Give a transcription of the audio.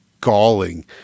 galling